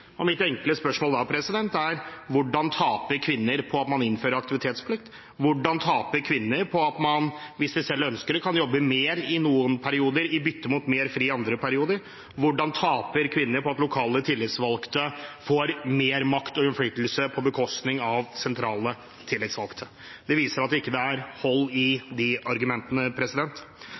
osv. Mitt enkle spørsmål er da: Hvordan taper kvinner på at man innfører aktivitetsplikt? Hvordan taper kvinner på at man, hvis de selv ønsker det, kan jobbe mer i noen perioder i bytte mot mer fri i andre perioder? Hvordan taper kvinner på at lokale tillitsvalgte får mer makt og innflytelse på bekostning av sentrale tillitsvalgte? Det viser at det ikke er hold i